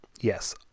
Yes